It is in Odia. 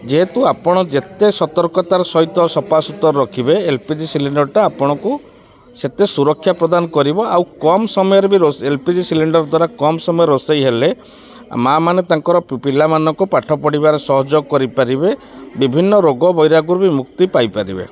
ଯେହେତୁ ଆପଣ ଯେତେ ସତର୍କତାର ସହିତ ସଫାସୁତୁରା ରଖିବେ ଏଲ୍ପିଜି ସିଲିଣ୍ଡର୍ଟା ଆପଣଙ୍କୁ ସେତେ ସୁରକ୍ଷା ପ୍ରଦାନ କରିବ ଆଉ କମ୍ ସମୟରେ ବି ଏଲ୍ପିଜି ସିଲିଣ୍ଡର୍ ଦ୍ୱାରା କମ୍ ସମୟ ରୋଷେଇ ହେଲେ ମାଆମାନେ ତାଙ୍କର ପିଲାମାନଙ୍କୁ ପାଠ ପଢ଼ିବାରେ ସହଯୋଗ କରିପାରିବେ ବିଭିନ୍ନ ରୋଗ ବୈରାଗରୁ ବି ମୁକ୍ତି ପାଇପାରିବେ